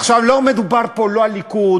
לא מדובר פה לא על הליכוד,